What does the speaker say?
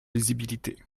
lisibilité